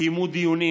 קיימו דיונים